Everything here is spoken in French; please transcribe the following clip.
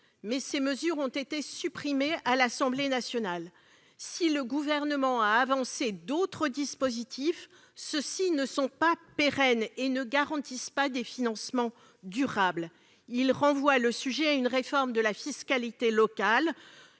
Mais ces mesures ont été supprimées par l'Assemblée nationale. Si le Gouvernement a présenté d'autres dispositifs, ceux-ci ne sont pas pérennes et ne garantissent pas des financements durables. Le sujet est renvoyé à une réforme de la fiscalité locale